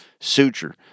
suture